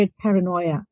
paranoia